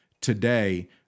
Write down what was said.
today